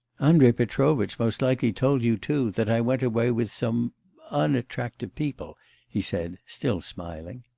andrei petrovitch most likely told you too that i went away with some unattractive people he said, still smiling.